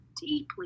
deeply